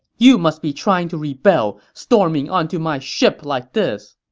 you must be trying to rebel, storming onto my ship like this!